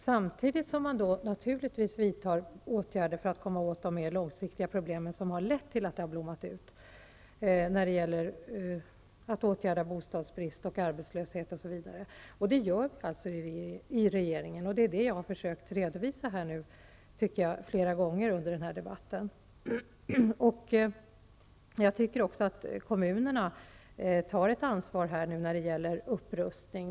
Samtidigt skall man naturligtvis vidta åtgärder för att komma åt de mer långsiktiga problem som lett till denna situation, t.ex. att åtgärda bostadsbrist och arbetslöshet osv. Det gör regeringen, och det har jag här försökt redovisa flera gånger under debatten. Kommunerna tar ett ansvar när det gäller upprustning.